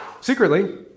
secretly